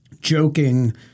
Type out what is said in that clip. joking